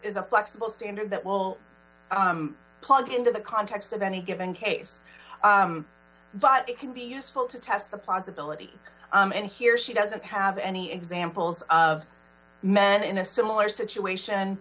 is a flexible standard that will plug into the context of any given case but it can be useful to test the possibility and here she doesn't have any examples of men in a similar situation